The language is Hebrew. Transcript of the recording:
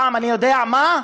פעם אני יודע מה,